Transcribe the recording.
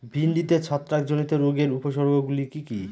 ভিন্ডিতে ছত্রাক জনিত রোগের উপসর্গ গুলি কি কী?